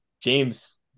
James